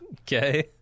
Okay